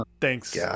thanks